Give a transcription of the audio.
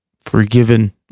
forgiven